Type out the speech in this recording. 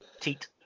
Teat